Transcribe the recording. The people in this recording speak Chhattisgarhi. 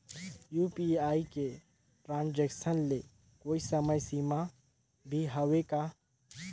यू.पी.आई के ट्रांजेक्शन ले कोई समय सीमा भी हवे का?